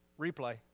replay